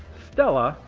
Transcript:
stela,